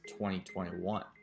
2021